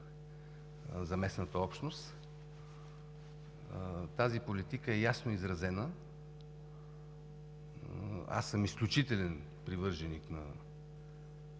за местната общност. Тази политика е ясно изразена. Аз съм изключителен привърженик на